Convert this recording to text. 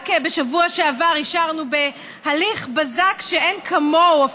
ורק בשבוע שעבר אישרנו בהליך בזק שאין כמוהו,